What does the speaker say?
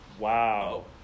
Wow